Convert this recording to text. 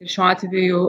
ir šiuo atveju